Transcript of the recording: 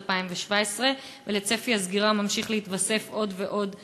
2017. לצפי הסגירה ממשיך להתווסף עוד ועוד זמן.